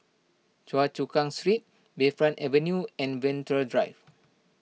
Choa Chu Kang Street Bayfront Avenue and Venture Drive